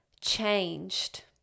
changed